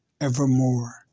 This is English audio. evermore